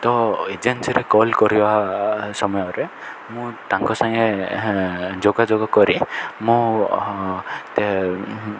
ତ ଏଜେନ୍ସିରେ କଲ୍ କରିବା ସମୟରେ ମୁଁ ତାଙ୍କ ସାଙ୍ଗେ ଯୋଗାଯୋଗ କରେ ମୁଁ